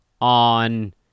on